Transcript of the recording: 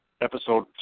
Episode